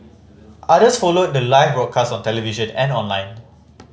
others followed the live broadcast on television and online